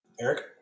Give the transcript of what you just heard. Eric